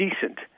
decent